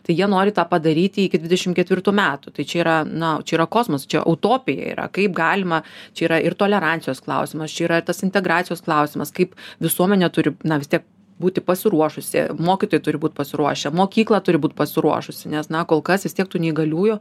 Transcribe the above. tai jie nori tą padaryti iki dvidešim ketvirtų metų tai čia yra na čia yra kosmosas čia utopija yra kaip galima čia yra ir tolerancijos klausimas čia yra tas integracijos klausimas kaip visuomenė turi na vis tiek būti pasiruošusi mokytojai turi būt pasiruošę mokykla turi būt pasiruošusi nes na kol kas vis tiek tų neįgaliųjų